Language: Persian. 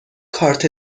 کارت